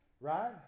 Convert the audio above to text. right